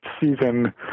season